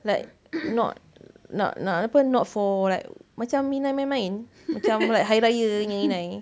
like not not apa not for like macam inai main-main macam like hari rayanya inai